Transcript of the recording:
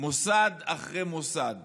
מוסד אחרי מוסד